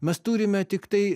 mes turime tiktai